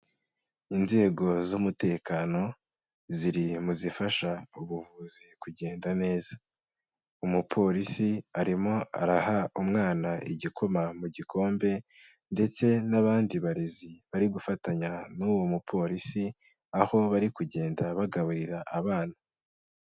Inzego z'umutekano ziri mu zifasha ubuvuzi kugenda neza, umupolisi arimo araha umwana igikoma mu gikombe ndetse n'abandi barezi bari gufatanya n'uwo mupolisi, aho bari kugenda bagaburira abana.